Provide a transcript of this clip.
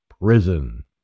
Prison